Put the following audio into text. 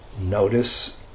notice